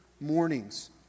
mornings